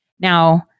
Now